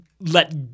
let